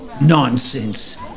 Nonsense